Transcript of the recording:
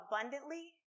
abundantly